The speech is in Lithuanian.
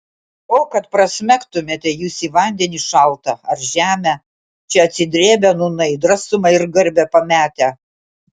o kad prasmegtumėte jūs į vandenį šaltą ar žemę čia atsidrėbę nūnai drąsumą ir garbę pametę